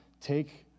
take